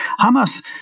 Hamas